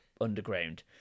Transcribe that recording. underground